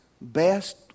best